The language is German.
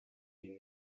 den